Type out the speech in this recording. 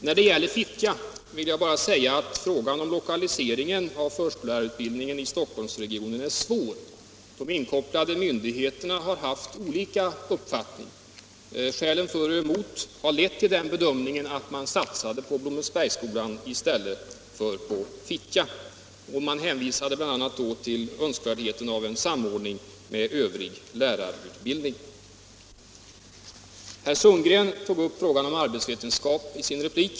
När det gäller Fittja vill jag framhålla att frågan om lokalisering av förskollärarubildningen i Stockholmsregionen är svår. De inkopplade myndigheterna har haft olika uppfattningar. Skälen för och emot har lett till den bedömningen att man har satsat på Blommensbergsskolan i stället för på Fittja. Därvid hänvisas bl.a. till önskvärdheten av en samordning med övrig lärarutbildning. Herr Sundgren tog i sin replik upp frågan om arbetsvetenskapen.